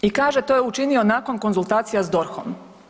I kaže to je učinio nakon konzultacija s DORH-om.